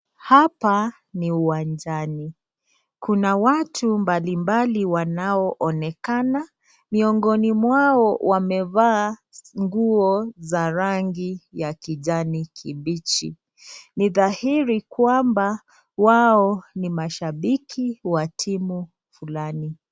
Hapa ni uwanjani. Kuna watu mbalimbali wanaoonekana, miongoni mwao wakiwa wamevaa nguo za rangi ya kijani kibichi. Ni dhahiri kwamba, wao ni mashabiki wa timu fulani.